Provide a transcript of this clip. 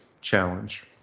challenge